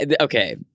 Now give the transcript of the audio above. okay